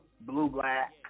blue-black